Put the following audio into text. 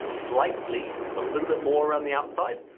it's like bleed, it's a little bit more around the outside,